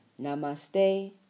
Namaste